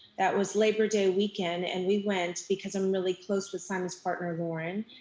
that was labor day weekend. and we went because i'm really close with simon's partner lauren.